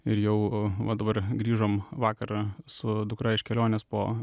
ir jau va dabar grįžom vakar su dukra iš kelionės po